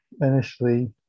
initially